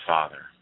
Father